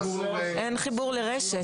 אין חיבור לרשת.